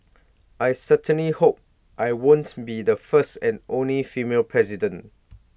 I certainly hope I won't be the first and only female president